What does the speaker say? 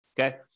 okay